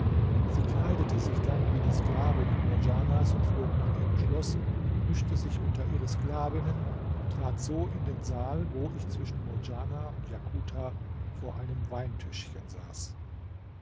sie kleidete sich dann wie die sklavinnen murdjanas und flog nach ihrem schloß mischte sich unter ihre sklavinnen und trat so in den saal wo ich zwischen murdjana und jakuta vor einem weintischchen saß